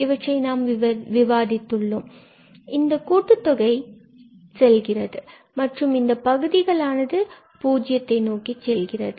இவற்றை நாம் விவாதித்து உள்ளோம் இந்த கூட்டுத்தொகை செல்கிறது மற்றும் பகுதிகள் ஆனது பூஜ்ஜியத்தை நோக்கி செல்கிறது